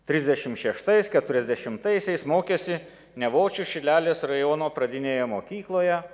trisdešim šeštais keturiasdešimtaisiais mokėsi nevočių šilalės rajono pradinėje mokykloje